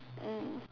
mm